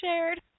shared